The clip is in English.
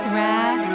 rare